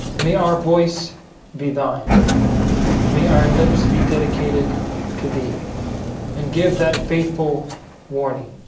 may our voice be thine may our lips be dedicated to thee and give that faithful warning